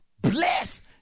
bless